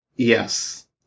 Yes